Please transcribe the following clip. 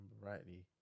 rightly